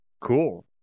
Cool